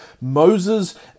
Moses